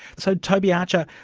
so, toby archer,